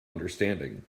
understanding